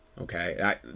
Okay